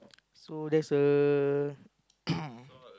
so there is a